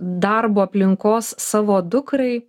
darbo aplinkos savo dukrai